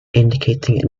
indicating